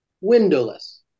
windowless